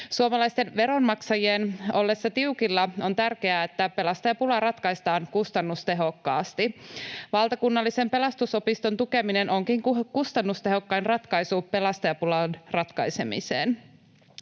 Suomalaisten veronmaksajien ollessa tiukilla on tärkeää, että pelastajapula ratkaistaan kustannustehokkaasti. Valtakunnallisen Pelastusopiston tukeminen onkin kustannustehokkain ratkaisu pelastajapulan ratkaisemiseen.